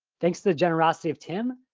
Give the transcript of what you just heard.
thanks to the generosity of tim,